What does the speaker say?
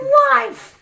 life